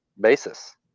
basis